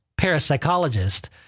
parapsychologist